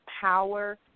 power